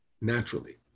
naturally